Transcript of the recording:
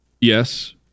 yes